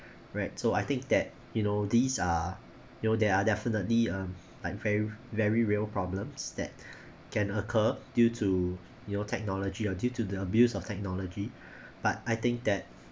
right so I think that you know these are you know there are definitely um like very very real problems that can occur due to you know technology or due to the abuse of technology but I think that